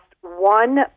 one